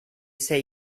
say